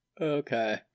Okay